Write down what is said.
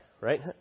right